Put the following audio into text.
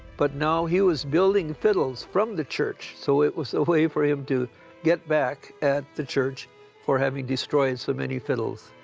but now he was building fiddles from the church. so it was a way for him to get back at the church for having destroyed so many fiddles.